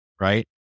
Right